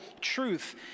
truth